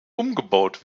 umgebaut